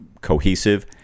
cohesive